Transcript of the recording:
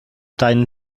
deinen